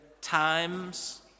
times